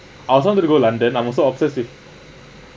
I also wanted to go london I'm also obsess with